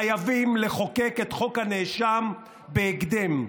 חייבים לחוקק את חוק הנאשם בהקדם.